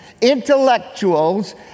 intellectuals